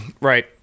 Right